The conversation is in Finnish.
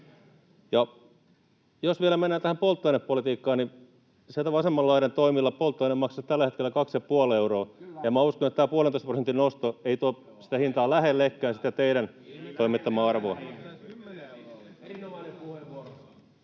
Jos vielä mennään tähän polttoainepolitiikkaan, niin niillä vasemman laidan toimilla polttoaine maksaisi tällä hetkellä kaksi ja puoli euroa. Ja minä uskon, että tämä puolentoista prosentin nosto ei tuo sitä hintaa lähellekään sitä teidän toimittamaa arvoa.